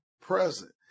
present